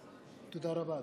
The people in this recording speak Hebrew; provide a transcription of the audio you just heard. תודה רבה,